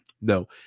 no